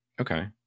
Okay